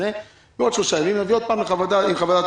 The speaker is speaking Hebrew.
בעוד שלושה ימים נבוא שוב עם חוות דעת